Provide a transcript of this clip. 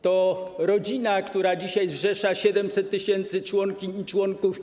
To rodzina, która dzisiaj zrzesza 700 tys. członkiń i członków.